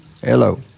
hello